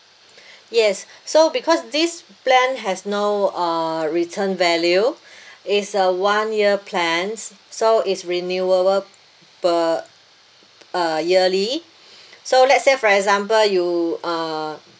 yes so because this plan has no uh return value it's a one year plan so it's renewable per uh yearly so let's say for example you uh